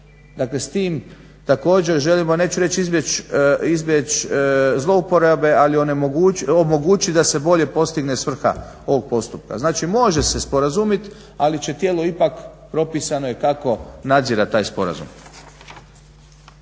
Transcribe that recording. Dakle, s tim također želimo, neću reći izbjeć zlouporabe, ali omogućit da se bolje postigne svrha ovog postupka. Znači može se sporazumit, ali će tijelo ipak, propisano je kako nadzirat taj sporazum.